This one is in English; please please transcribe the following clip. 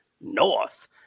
North